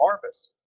harvest